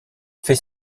fait